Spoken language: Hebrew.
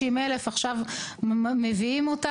תמ"א 41 שנותנת את כל הפריסה של האנרגיה המתחדשת מצד אחד ונותנת